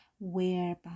whereby